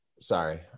Sorry